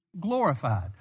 glorified